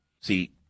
See